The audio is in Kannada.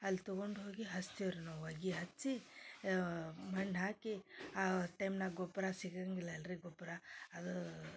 ಅಲ್ಲಿ ತೊಗೊಂಡು ಹೋಗಿ ಹಚ್ತೇವ್ ರೀ ನಾವು ಒಗಿ ಹಚ್ಚಿ ಮಣ್ಣು ಹಾಕಿ ಆ ಟೈಮ್ನ್ಯಾಗ ಗೊಬ್ಬರ ಸಿಗಂಗಿಲ್ಲಲ್ಲ ರೀ ಗೊಬ್ಬರ ಅದು